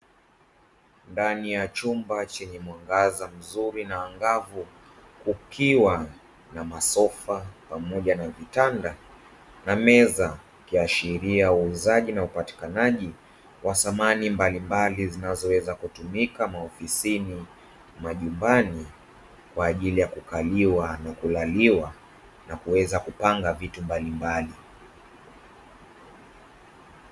Ndani ya chumba chenye mwangaza mzuri na mwangavu kukiwa na masofa pamoja na vitanda na meza, ikiashiria upatikanaji wa samani mbalimbali zinazoweza kutumika maofisini, majumbani kwa kuweza kukaliwa na kulaliwa na kuweza kupanga vitu mbalimbali.